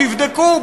תבדקו,